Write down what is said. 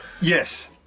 Yes